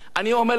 אני אומר לכם,